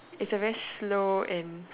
is a very slow and